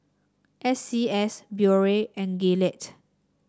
S C S Biore and Gillette